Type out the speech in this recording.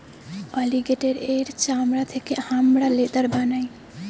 অলিগেটের এর চামড়া থেকে হামরা লেদার বানাই